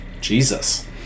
jesus